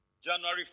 January